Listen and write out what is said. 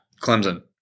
Clemson